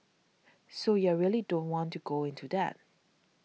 so you are really don't want to go into that